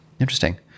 interesting